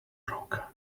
broken